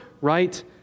right